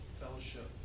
fellowship